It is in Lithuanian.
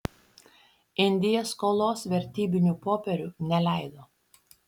indija skolos vertybinių popierių neleido